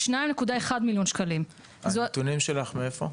2.1 מיליוני שקלים --- הטיעונים שלך מאיפה?